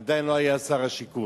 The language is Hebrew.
עדיין לא היה שר השיכון,